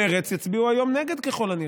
מרצ יצביעו היום נגד, ככל הנראה.